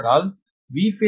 என்றால் VphaseZL